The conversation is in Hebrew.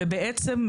ובעצם,